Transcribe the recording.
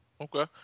okay